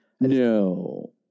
No